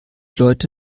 leute